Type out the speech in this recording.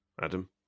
adam